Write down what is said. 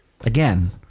again